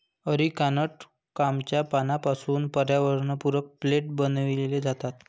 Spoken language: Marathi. अरिकानट पामच्या पानांपासून पर्यावरणपूरक प्लेट बनविले जातात